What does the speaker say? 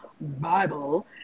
Bible